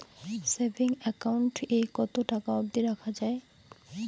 Savings account এ কতো টাকা অব্দি রাখা যায়?